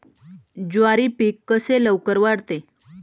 ज्वारी पीक कसे लवकर वाढते?